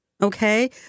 okay